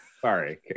Sorry